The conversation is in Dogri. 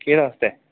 केह्दे आस्तै